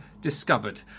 discovered